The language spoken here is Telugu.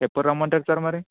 ఎప్పుడు రమ్మంటారు సార్ మరి